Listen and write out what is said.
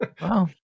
Wow